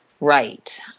Right